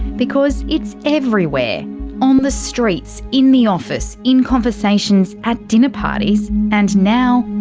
because it's everywhere on the streets, in the office, in conversations, at dinner parties and now,